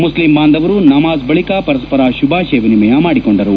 Muslim ಬಾಂಧವರು ನಮಾಝ್ ಬಳಿಕ ಪರಸ್ಪರ ಶುಭಾಶಯ ವಿನಿಮಯ ಮಾಡಿಕೊಂಡರು